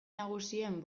nagusien